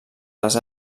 les